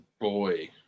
boy